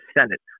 Senate